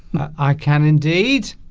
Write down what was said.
i can indeed